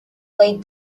played